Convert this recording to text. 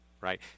Right